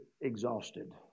exhausted